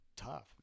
tough